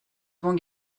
avant